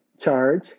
charge